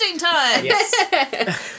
Yes